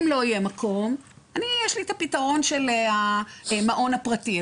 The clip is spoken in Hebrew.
אם לא יהיה מקום, יש לי את הפתרון של המעון הפרטי.